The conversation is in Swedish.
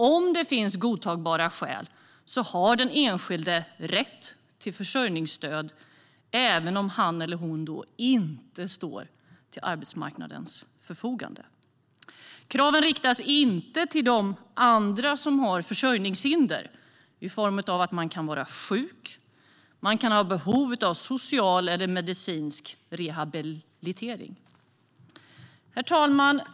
Om det finns godtagbara skäl har den enskilde rätt till försörjningsstöd även om han eller hon inte står till arbetsmarknadens förfogande. Kraven riktas inte till dem som har försörjningshinder i form av sjukdom eller behov av social eller medicinsk rehabilitering. Herr talman!